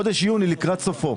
חודש יוני לקראת סופו.